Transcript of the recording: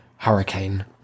hurricane